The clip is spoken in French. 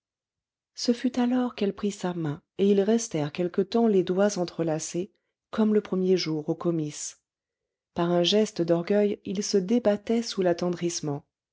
ce fut alors qu'elle prit sa main et ils restèrent quelque temps les doigts entrelacés comme le premier jour aux comices par un geste d'orgueil il se débattait sous